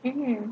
mm